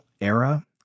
era